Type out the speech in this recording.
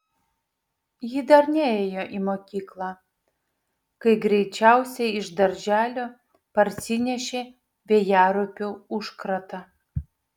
ji dar nėjo į mokyklą kai greičiausiai iš darželio parsinešė vėjaraupių užkratą